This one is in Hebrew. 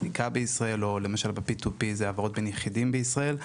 סליקה בישראל או P2P בהעברות בין יחידים בישראל.